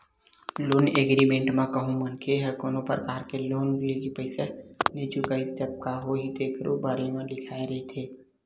loan agreement म कहूँ मनखे ह कोनो परकार ले लोन के पइसा ल नइ चुकाइस तब का होही तेखरो बारे म लिखाए रहिथे